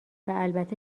البته